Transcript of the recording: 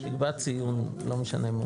ולכן,